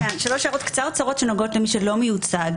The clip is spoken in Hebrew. שלוש הערות קצרצרות שנוגעות למי שלא מיוצג,